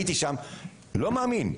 אני לא מאמין.